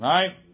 Right